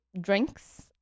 drinks